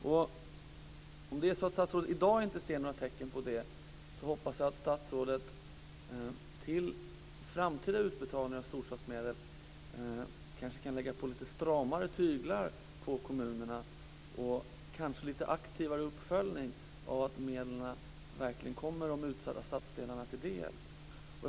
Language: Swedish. Om statsrådet i dag inte ser några sådana tecken hoppas jag att statsrådet till framtida utbetalningar av storstadsmedel kan lägga lite stramare tyglar på kommunerna och göra en lite mer aktiv uppföljning av att medlen verkligen kommer de utsatta stadsdelarna till del.